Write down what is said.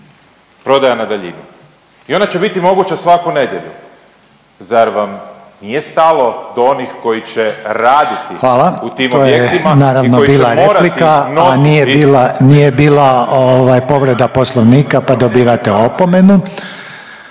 prodaja na daljinu i ona će biti moguća svaku nedjelju. Zar vam nije stalo do onih koji će raditi u tim objektima i koji će morati nositi